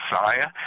Messiah